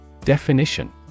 Definition